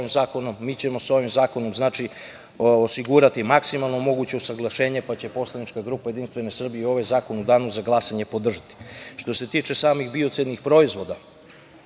ćemo sa ovim zakonom, znači, osigurati maksimalno moguće usaglašenje pa će poslanička grupa Jedinstvena Srbija ovaj zakon u danu za glasanje podržati. Što se tiče samih biocidnih proizvoda,